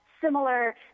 similar